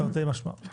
תרתי משמע.